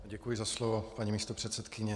Děkuji za slovo, paní místopředsedkyně.